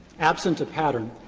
absent a pattern,